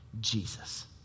Jesus